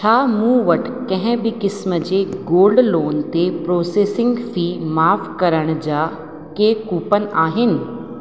छा मूं वटि कंहिं बि क़िस्म जे गोल्ड लोन ते प्रोसेसिंग फी माफ़ु करण जा के कूपन आहिनि